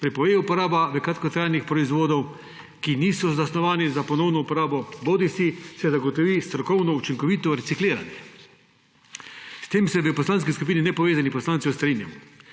prepove uporaba kratkotrajnih proizvodov, ki niso zasnovani za ponovno uporabo, bodisi se zagotovi strokovno učinkovito recikliranje. S tem se v Poslanski skupini nepovezanih poslancev strinjamo,